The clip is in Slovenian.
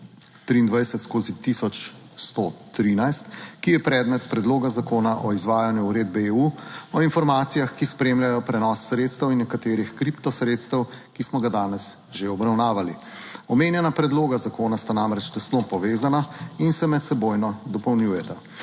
EU 2023/1113, ki je predmet Predloga zakona o izvajanju uredbe EU o informacijah, ki spremljajo prenos sredstev in nekaterih kripto sredstev, ki smo ga danes že obravnavali. Omenjena predloga zakona sta namreč tesno povezana in se medsebojno dopolnjujeta.